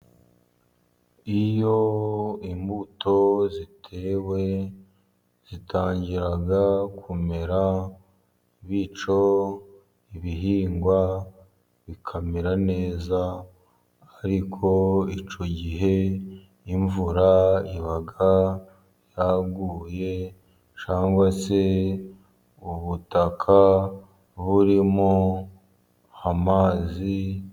Iyo imbuto zitewe, zitangira kumera bityo ibihingwa bikamera neza. Ariko icyo gihe imvura iba yaguye cyangwa se ubutaka burimo amazi.